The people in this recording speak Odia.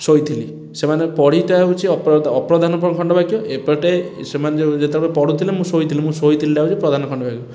ଶୋଇଥିଲି ସେମାନେ ପଢ଼ିବାଟା ହେଉଛି ଅପ ଅପ୍ରଧାନ ଖଣ୍ଡବାକ୍ୟ ଏପଟେ ସେମାନେ ଯେଉଁ ଯେତେବେଳେ ପଢ଼ୁଥିଲେ ମୁଁ ଶୋଇଥିଲି ମୁଁ ଶୋଇଥିଲିଟା ହେଉଛି ପ୍ରଧାନ ଖଣ୍ଡବାକ୍ୟ